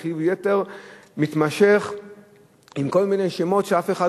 וחיוב יתר מתמשך עם כל מיני שמות שאף אחד